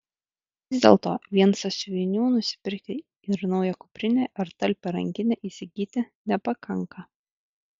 vis dėlto vien sąsiuvinių nusipirkti ir naują kuprinę ar talpią rankinę įsigyti nepakanka